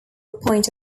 point